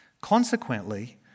Consequently